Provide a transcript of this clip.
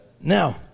Now